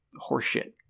horseshit